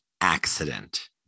accident